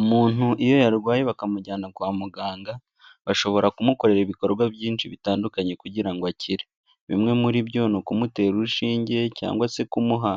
Umuntu iyo yarwaye bakamujyana kwa muganga, bashobora kumukorera ibikorwa byinshi bitandukanye kugira ngo akire. Bimwe muri byo ni ukumutera urushinge cyangwa se kumuha,